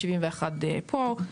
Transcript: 71 מילוני שקלים,